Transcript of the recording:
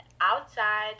outside